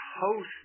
host